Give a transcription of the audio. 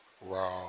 Wow